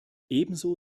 ebenso